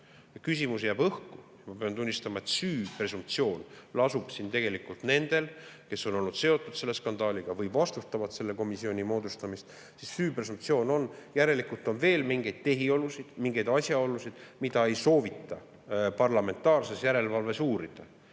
Küsimus jääb õhku. Ma pean tunnistama, et süü presumptsioon lasub tegelikult nendel, kes on olnud seotud selle skandaaliga või vastustavad selle komisjoni moodustamist. Järelikult on veel mingeid tehiolusid, mingeid asjaolusid, mida ei soovita parlamentaarses järelevalves uurida.